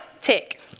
tick